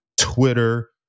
Twitter